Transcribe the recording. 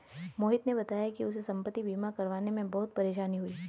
मोहित ने बताया कि उसे संपति बीमा करवाने में बहुत परेशानी हुई